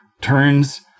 turns